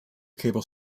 cable